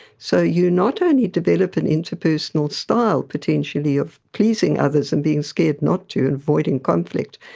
so you not only develop an interpersonal style potentially of pleasing others and being scared not to, avoiding conflict,